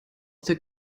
der